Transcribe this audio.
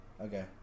Okay